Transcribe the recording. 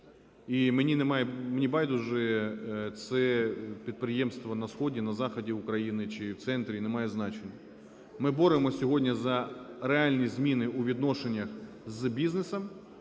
І мені байдуже, це підприємство на сході, на заході України, чи в центрі – немає значення. Ми боремося сьогодні за реальні зміни у відношеннях з бізнесом,